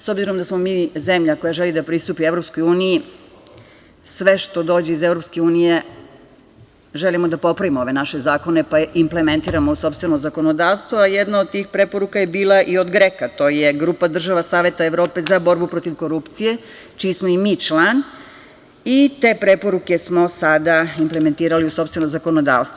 S obzirom da smo mi zemlja koja želi da pristupi EU, sve što dođe iz EU želimo da popravimo ove naše zakone, pa implementiramo u sopstveno zakonodavstvo, a jedna od tih preporuka je bila i od GREKO-a, to je grupa država Saveta Evrope za borbu protiv korupcije, čiji smo i mi član i te preporuke smo sada implementirali u sopstveno zakonodavstvo.